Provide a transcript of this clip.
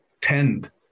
tend